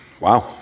Wow